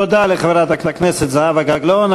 תודה לחברת הכנסת זהבה גלאון.